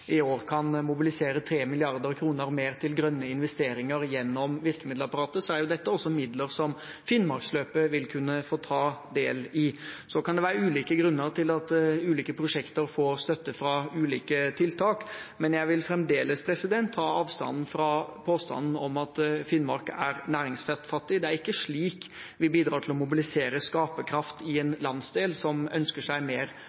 i år kan mobilisere 3 mrd. kr mer til grønne investeringer gjennom virkemiddelapparatet, er dette også midler som Finnmarksløpet vil kunne få ta del i. Det kan være ulike grunner til at ulike prosjekter får støtte fra ulike tiltak. Jeg vil fremdeles ta avstand fra påstanden om at Finnmark er næringsfattig. Det er ikke slik vi bidrar til å mobilisere skaperkraft i en landsdel som ønsker seg mer